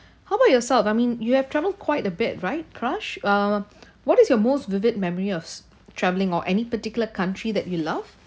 how about yourself I mean you have traveled quite a bit right prash uh what is your most vivid memory of travelling or any particular country that you love